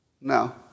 No